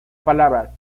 palabra